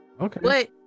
Okay